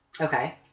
Okay